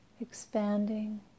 expanding